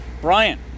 Brian